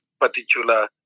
particular